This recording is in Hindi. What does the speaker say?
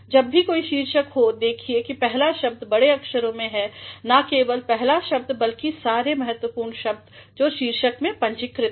जब भी कोई शीर्षक हो देखिए कि पहला शब्द बड़े अक्षरों में है और ना केवल पहला शब्द बल्कि सारे महत्वपूर्ण शब्द जो शीर्षक में हैं पूंजीकृत हैं